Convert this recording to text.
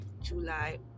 July